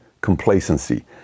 complacency